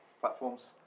platforms